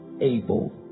able